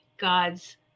God's